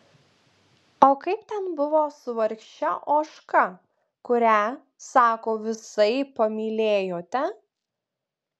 o kaip ten buvo su vargše ožka kurią sako visaip pamylėjote